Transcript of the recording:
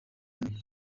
umwe